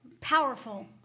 powerful